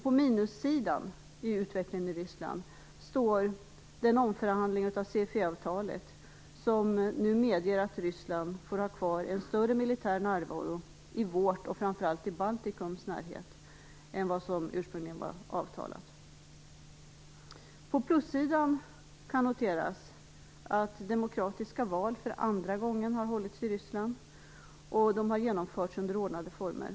På minussidan vad gäller utvecklingen i Ryssland finns den omförhandling av CFE-avtalet som nu medger att Ryssland får ha kvar en större militär närvaro i vår och framför allt i Baltikums närhet än vad som ursprungligen var avtalat. På plussidan kan noteras att demokratiska val för andra gången har hållits i Ryssland. Valen har genomförts under ordnade former.